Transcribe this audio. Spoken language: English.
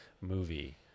movie